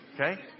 Okay